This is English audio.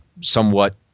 somewhat